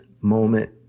moment